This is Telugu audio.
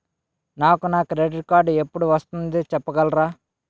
నాకు నా క్రెడిట్ కార్డ్ ఎపుడు వస్తుంది చెప్పగలరా?